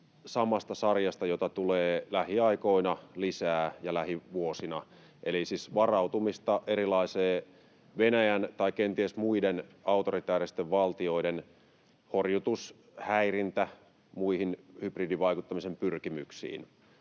samasta sarjasta, joita tulee lähiaikoina ja lähivuosina lisää, eli siis varautumista erilaiseen Venäjän tai kenties muiden autoritääristen valtioiden horjutus-, häirintä- ja muihin hybridivaikuttamisen pyrkimyksiin.